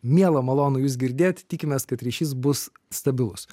miela malonu jus girdėt tikimės kad ryšys bus stabilus